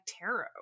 tarot